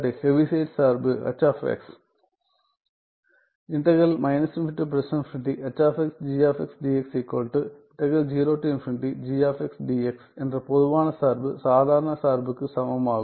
Heaviside சார்பு H என்ற பொதுவான சார்பு சாதாரண சார்புக்கு சமமாகும்